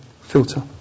filter